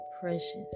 precious